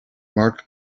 mark